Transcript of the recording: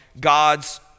God's